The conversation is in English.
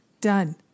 Done